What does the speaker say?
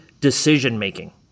decision-making